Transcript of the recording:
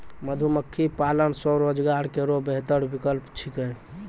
मधुमक्खी पालन स्वरोजगार केरो बेहतर विकल्प छिकै